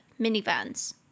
minivans